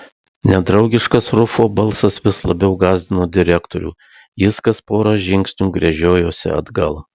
nedraugiškas rufo balsas vis labiau gąsdino direktorių jis kas pora žingsnių gręžiojosi atgal